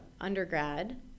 undergrad